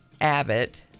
Abbott